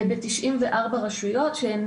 זה מתבצע ב-94 רשויות שהן